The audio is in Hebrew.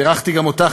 בירכתי גם אותך,